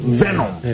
venom